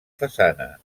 façana